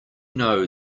know